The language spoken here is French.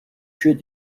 jeux